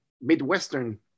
Midwestern